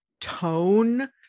tone